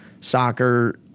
soccer